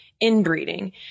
inbreeding